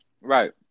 Right